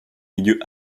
milieux